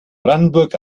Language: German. brandenburg